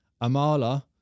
Amala